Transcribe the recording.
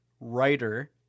writer